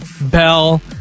Bell